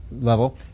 level